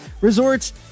resorts